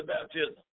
baptism